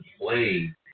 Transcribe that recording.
play